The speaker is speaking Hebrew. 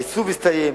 העיצוב הסתיים,